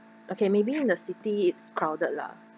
okay maybe in the city it's crowded lah